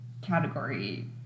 category